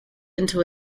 into